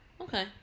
okay